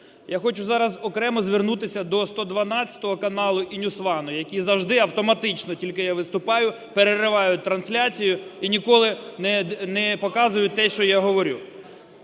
Я хочу зараз окремо звернутися до "112" каналу іNewsOne, які завжди автоматично, тільки я виступаю, переривають трансляцію і ніколи не показують те, що я говорю.